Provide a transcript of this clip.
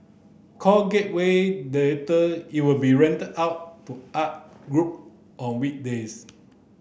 called Gateway Theatre it will be rented out to art group on weekdays